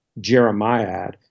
Jeremiah